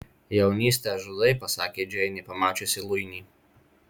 jaunystę žudai pasakė džeinė pamačiusi luinį